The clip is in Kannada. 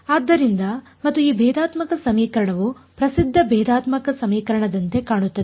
ಆದ್ದರಿಂದ ಮತ್ತು ಆ ಭೇದಾತ್ಮಕ ಸಮೀಕರಣವು ಪ್ರಸಿದ್ಧ ಭೇದಾತ್ಮಕ ಸಮೀಕರಣದಂತೆ ಕಾಣುತ್ತದೆ